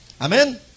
amen